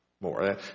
more